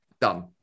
done